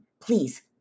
please